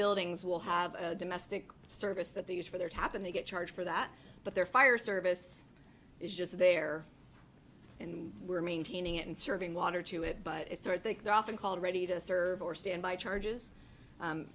buildings will have a domestic service that they use for their tap and they get charged for that but their fire service is just there and we're maintaining it and serving water to it but it's so i think they're often called ready to serve or standby charges